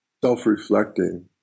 self-reflecting